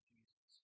Jesus